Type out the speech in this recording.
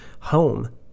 home